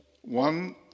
One